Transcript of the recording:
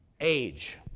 age